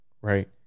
right